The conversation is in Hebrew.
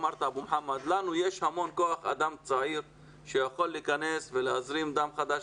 לנו יש המון כוח אדם צעיר שיכול להיכנס ולהזרים דם חדש